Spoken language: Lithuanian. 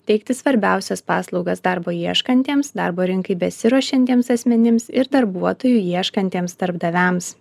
teikti svarbiausias paslaugas darbo ieškantiems darbo rinkai besiruošiantiems asmenims ir darbuotojų ieškantiems darbdaviams